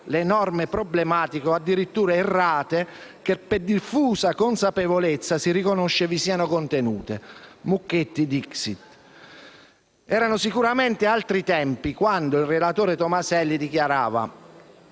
le norme problematiche o addirittura errate che per diffusa consapevolezza si riconosce vi sono contenute»? Mucchetti *dixit*. Erano sicuramente altri tempi quando il relatore Tomaselli dichiarava: